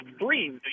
three